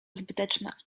zbyteczna